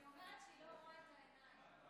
היא אומרת שהיא לא רואה את העיניים.